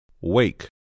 Wake